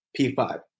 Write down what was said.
P5